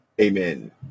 amen